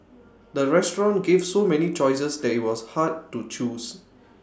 the restaurant gave so many choices that IT was hard to choose